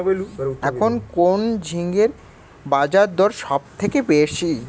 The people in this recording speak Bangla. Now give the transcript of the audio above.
এখন কোন ঝিঙ্গের বাজারদর সবথেকে বেশি?